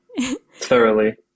thoroughly